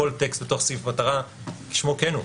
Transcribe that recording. כל טקסט בתוך סעיף מטרה כשמו כן הוא,